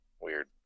weird